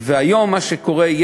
היום מה שקורה,